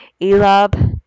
Elab